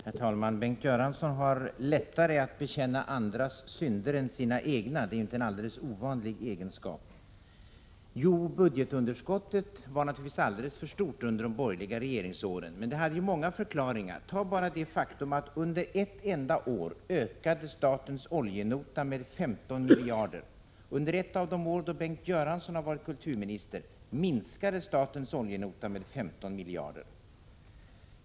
Herr talman! Bengt Göransson har lättare att bekänna andras synder än sina egna — en inte helt ovanlig egenskap. Budgetunderskottet var naturligtvis alldeles för stort under de borgerliga regeringsåren, men det hade många orsaker. Ta bara det faktum att under ett enda år ökade statens oljenota med 15 miljarder. Under ett av de år som Bengt Göransson har varit kulturminister minskade statens oljenota med 15 miljarder.